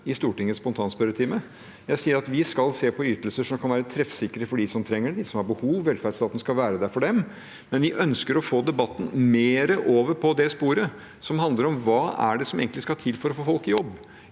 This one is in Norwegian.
andre. Jeg sier at vi skal se på ytelser som kan være treffsikre for dem som trenger dem og har behov. Velferdsstaten skal være der for dem. Vi ønsker å få debatten mer over på sporet som handler om hva som egentlig skal til for å få folk i jobb,